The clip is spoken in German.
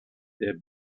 der